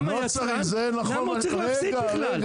למה צריך להפסיד בכלל?